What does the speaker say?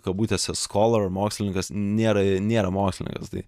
kabutėse skolar mokslininkas nėra nėra mokslininkas tai